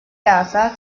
casa